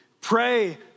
Pray